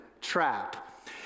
trap